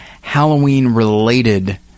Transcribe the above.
Halloween-related